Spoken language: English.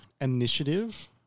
initiative